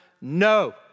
No